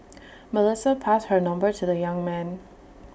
Melissa passed her number to the young man